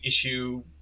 issue